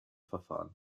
verfahren